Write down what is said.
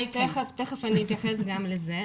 מיד אתייחס גם לזה.